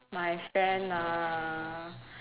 my friend ah